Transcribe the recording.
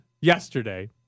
yesterday